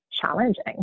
challenging